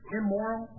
immoral